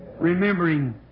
Remembering